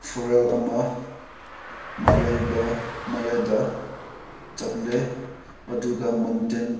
ꯐꯨꯔꯦꯟ ꯑꯃ ꯃꯌꯥꯏꯗ ꯃꯌꯥꯏꯗ ꯆꯠꯂꯦ ꯑꯗꯨꯒ ꯃꯥꯎꯟꯇꯦꯟ